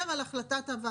הוא מערער על החלטת הוועדה.